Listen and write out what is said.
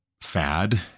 fad